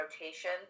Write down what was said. rotation